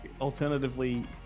alternatively